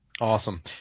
Awesome